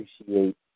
appreciate